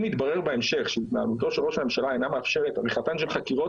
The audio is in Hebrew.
יתברר בהמשך שהתנהלותו של ראש הממשלה אינה מאפשרת עריכתן של חקירות